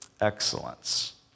excellence